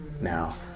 now